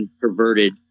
perverted